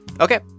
Okay